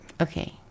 Okay